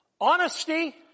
honesty